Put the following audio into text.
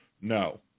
no